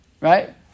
Right